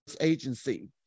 Agency